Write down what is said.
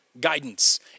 guidance